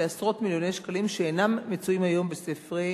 לעשרות מיליוני שקלים שאינם מצויים היום בספרי